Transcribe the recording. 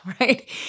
right